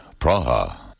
Praha